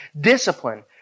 discipline